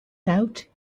out